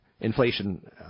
inflation